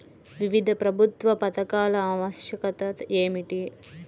వివిధ ప్రభుత్వా పథకాల ఆవశ్యకత ఏమిటి?